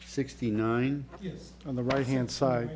sixty nine on the right hand side